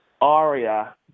aria